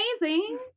amazing